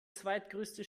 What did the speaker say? zweitgrößte